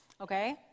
okay